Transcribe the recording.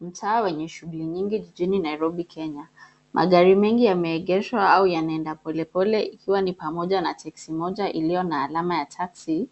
Mtaa wenye shughuli nyingi jijini Nairobi, Kenya. Magari mengi yameegeshwa au yanaenda polepole, ikiwa ni pamoja na teksi moja iliyo na alama ya taxi